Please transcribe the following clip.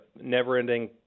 never-ending